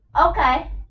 Okay